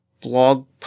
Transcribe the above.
blog